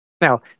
Now